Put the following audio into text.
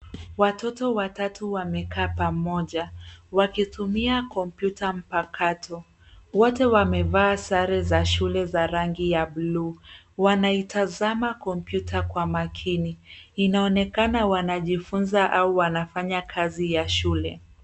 Watoto watatu wamekaa pamoja. Wakitumia kompyuta mpakato. Wote wamevaa sare za shule za rangi ya bluu. Wanaitazama kompyuta kwa makini. Inaonekana wanajifunza au wanafanya kazi ya shule.